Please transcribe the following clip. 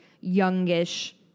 youngish